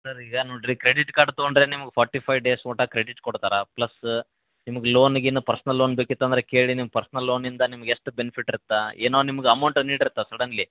sir ಈಗ ನೋಡಿರಿ credit card ತೊಗೊಂಡರೆ ನಿಮ್ಗೆ ಫೋರ್ಟಿ ಫೈವ್ ಡೇಸ್ ಮಟ ಕ್ರೆಡಿಟ್ ಕೊಡ್ತರೆ ಪ್ಲಸ್ ನಿಮ್ಗೆ ಲೋನ್ ಗೀನ್ ಪರ್ಸ್ನಲ್ ಲೋನ್ ಬೇಕಿತ್ತಂದರೆ ಕೇಳಿ ನೀವು ಪರ್ಸ್ನಲ್ ಲೋನಿಂದ ನಿಮ್ಗೆ ಎಷ್ಟು ಬೆನಿಫಿಟ್ ಇರುತ್ತೆ ಏನೋ ನಿಮ್ಗೆ ಅಮೌಂಟ್ ನೀಡಿರ್ತಾರ್ ಸಡನ್ಲಿ